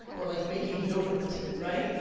or like making yogurt, right?